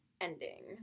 ending